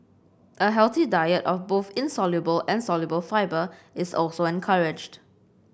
a healthy diet of both insoluble and soluble fibre is also encouraged